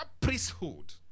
priesthood